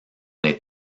les